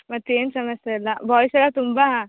ಮತ್ತೆ ಏನು ಸಮಸ್ಯೆ ಇಲ್ಲ ಬಾಯ್ಸ್ ಎಲ್ಲ ತುಂಬ